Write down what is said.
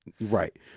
Right